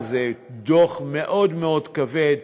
זה דוח מאוד מאוד כבד.